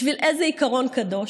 בשביל איזה עיקרון קדוש?